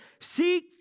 Seek